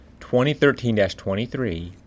2013-23